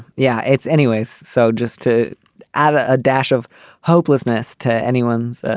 yeah. it's anyways. so just to add a ah dash of hopelessness to anyone's